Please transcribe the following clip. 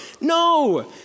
No